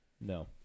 No